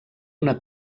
una